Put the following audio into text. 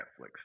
Netflix